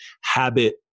habit